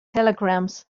telegrams